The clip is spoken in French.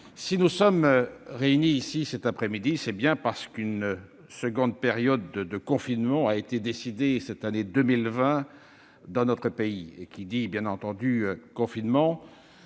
si nous sommes réunis, cet après-midi, c'est bien parce qu'une seconde période de confinement a été décidée, durant cette année 2020, dans notre pays. Or qui dit confinement,